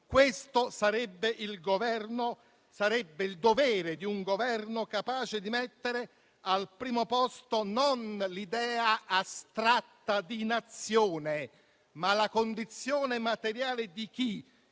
Questo sarebbe il dovere di un Governo capace di mettere al primo posto non l'idea astratta di Nazione, ma la condizione materiale di chi